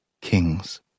kings